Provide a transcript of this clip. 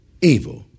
evil